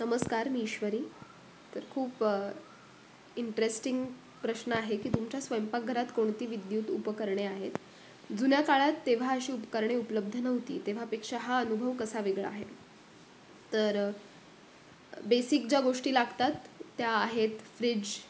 नमस्कार मी ईश्वरी तर खूप इंटरेस्टिंग प्रश्न आहे की तुमच्या स्वयंपाकघरात कोणती विद्युत उपकरणे आहेत जुन्या काळात तेव्हा अशी उपकरणे उपलब्ध नव्हती तेव्हा पेक्षा हा अनुभव कसा वेगळा आहे तर बेसिक ज्या गोष्टी लागतात त्या आहेत फ्रिज